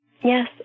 Yes